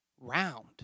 round